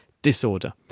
disorder